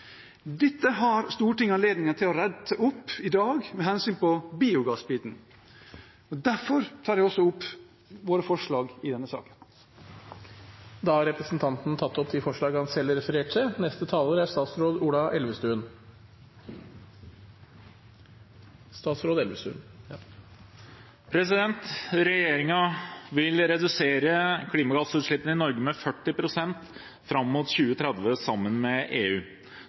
Dette har Stortinget anledning til å rette opp i dag, med hensyn til biogassbiten. Derfor tar jeg opp våre forslag i denne saken. Representanten Per Espen Stoknes har tatt opp de forslagene han refererte til. Regjeringen vil redusere klimagassutslippene i Norge med 40 pst. fram mot 2030 sammen med EU.